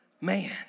Man